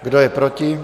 Kdo je proti?